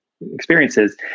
experiences